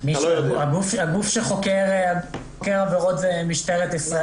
הגוף שחוקר עבירות זה משטרת ישראל.